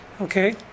Okay